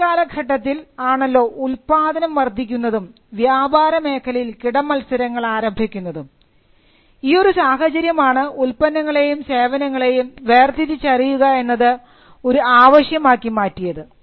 മധ്യകാലഘട്ടത്തിൽ ആണല്ലോ ഉത്പാദനം വർധിക്കുന്നതും വ്യാപാരമേഖലയിൽ കിട മത്സരങ്ങൾ ആരംഭിക്കുന്നതും ഈ ഒരു സാഹചര്യമാണ് ഉൽപന്നങ്ങളേയും സേവനങ്ങളേയും വേർതിരിച്ചറിയുക എന്നത് ഒരു ആവശ്യം ആക്കി മാറ്റിയത്